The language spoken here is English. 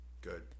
Good